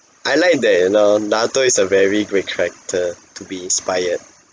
I like that you know naruto is a very great character to be inspired